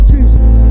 Jesus